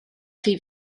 chi